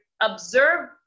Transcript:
observe